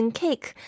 cake